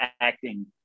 acting